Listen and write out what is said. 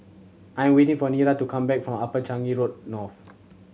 I am waiting for Nira to come back from Upper Changi Road North